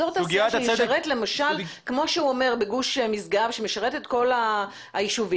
אזור תעשייה כמו בגוש משגב שמשרת את כל היישובים.